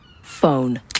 Phone